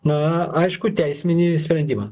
na aišku teisminį sprendimą